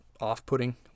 off-putting